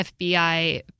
FBI